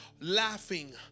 laughing